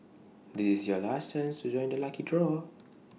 this is your last chance to join the lucky draw